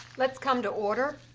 let's come to order.